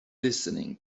listening